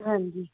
ਹਾਂਜੀ